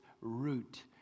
root